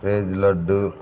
రేజ్లడ్డు